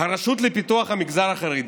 ממשרד האוצר,